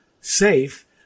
safe